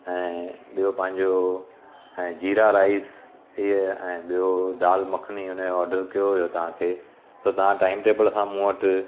ऐं ॿियों पंहिंजो ऐं ज़ीरा राइस हीअं ऐं ॿियों दाल मखनी हुनजो ऑडर कयो हुयो तव्हांखे त टाइम टेबल सां मूं वटि